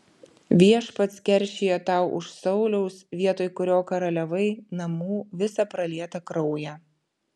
viešpats keršija tau už sauliaus vietoj kurio karaliavai namų visą pralietą kraują